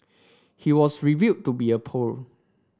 he was revealed to be a poet